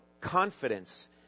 confidence